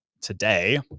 today